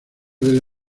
del